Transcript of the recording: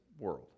world